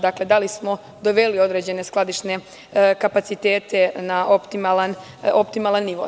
Da li smo doveli određene skladišne kapacitete na optimalan nivo?